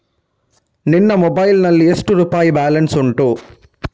ನಿನ್ನ ಮೊಬೈಲ್ ನಲ್ಲಿ ಎಷ್ಟು ರುಪಾಯಿ ಬ್ಯಾಲೆನ್ಸ್ ಉಂಟು?